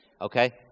Okay